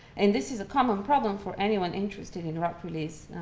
and this is a common problem for anyone interested in rock reliefs